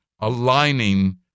aligning